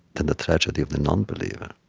than the tragedy of the nonbeliever